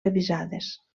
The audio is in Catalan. revisades